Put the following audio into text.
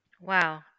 Wow